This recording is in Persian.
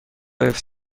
حفظ